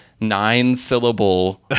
nine-syllable